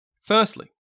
Firstly